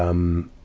um,